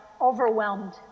overwhelmed